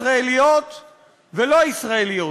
ישראליות ולא ישראליות,